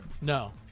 No